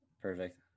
Perfect